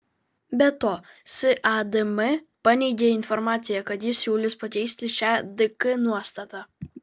be to sadm paneigė informaciją kad ji siūlys pakeisti šią dk nuostatą